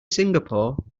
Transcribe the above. singapore